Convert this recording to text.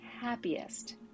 happiest